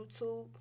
YouTube